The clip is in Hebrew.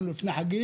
אנחנו לפני חגים,